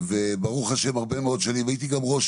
וברוך השם הרבה מאוד שנים הייתי גם ראש